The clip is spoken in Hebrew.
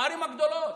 בערים הגדולות.